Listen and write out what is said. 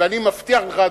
ואני מבטיח לך,